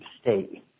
state